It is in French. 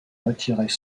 retirés